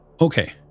Okay